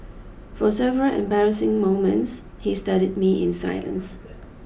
for several embarrassing moments he studied me in silence